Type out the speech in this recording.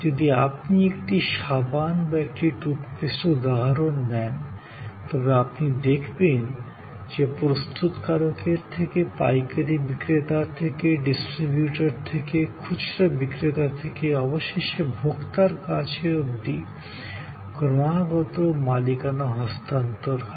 যদি আপনি একটি সাবান বা একটি টুথপেস্টের উদাহরণ নেন তবে আপনি দেখবেন যে প্রস্তুতকারকের কাছ থেকে পাইকারি বিক্রেতা পাইকারি বিক্রেতা থেকে বিতরক বিতরক থেকে খুচরো বিক্রেতা এবং অবশেষে খুচরো বিক্রেতা থেকে ভোক্তার কাছে অবধি বস্তূর যাত্রায় ক্রমাগত মালিকানা হস্তান্তর হয়